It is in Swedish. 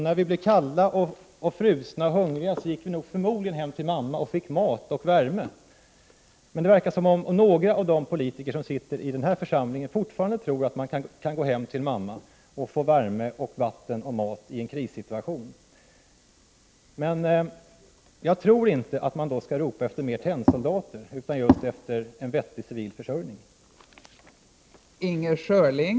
När vi blev kalla, frusna och hungriga gick vi förmodligen hem till mamma och fick mat och värme. Det verkar som om några av de politiker som sitter i denna församling fortfarande tror att man kan gå hem till mamma och få värme, vatten och mat i en krissituation. Jag tror inte att man då skall ropa efter fler tennsoldater utan efter en vettig civilförsörjning.